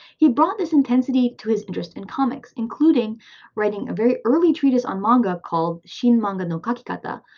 he brought this intensity to his interest in comics, including writing a very early treatise on manga called shin manga no kakikata,